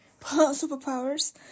superpowers